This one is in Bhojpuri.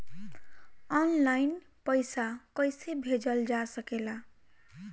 आन लाईन पईसा कईसे भेजल जा सेकला?